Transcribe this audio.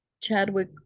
chadwick